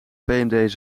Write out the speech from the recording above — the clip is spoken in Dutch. pmd